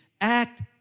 act